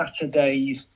saturdays